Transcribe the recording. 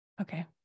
okay